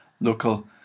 local